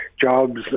jobs